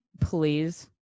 please